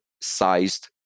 sized